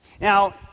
Now